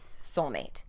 soulmate